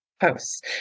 posts